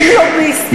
עם לוביסטים?